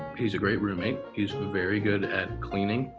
he's a great roommate. he's very good at cleaning.